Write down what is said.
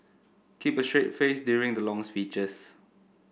keep a straight face during the long speeches